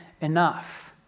enough